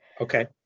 Okay